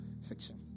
section